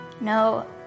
no